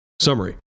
Summary